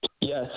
Yes